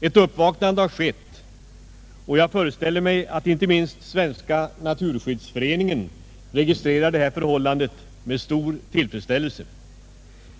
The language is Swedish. Ett uppvaknande har skett, och jag föreställer mig att inte minst Svenska naturskyddsföreningen registrerar detta förhållande med stor tillfredsställelse.